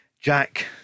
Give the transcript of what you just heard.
Jack